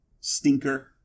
Stinker